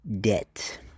debt